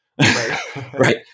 right